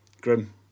grim